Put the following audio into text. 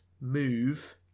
move